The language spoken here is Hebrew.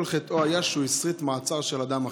חטאו היה שהוא הסריט מעצר של אדם אחר.